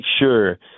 sure